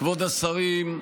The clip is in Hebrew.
כבוד השרים,